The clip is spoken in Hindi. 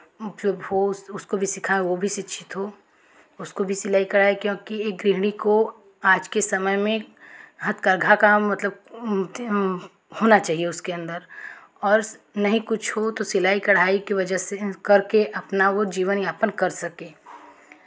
उसको भी सिखाए वो भी शिक्षित हो उसको भी सिलाई कढ़ाई क्योंकि एक गृहणी को आज के समय में हथकरघा का मतलब होना चाहिए उसके अंदर और नहीं कुछ हो तो सिलाई कढ़ाई कि वजह से कर के वो जीवन यापन कर सके